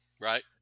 Right